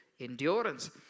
endurance